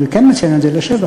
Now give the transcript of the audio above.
ואני כן מציין את זה לשבח,